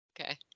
Okay